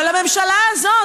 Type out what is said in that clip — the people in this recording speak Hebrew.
אבל הממשלה הזאת,